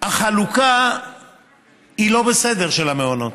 החלוקה של המעונות